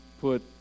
put